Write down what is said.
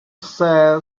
say